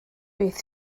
beth